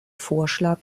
vorschlag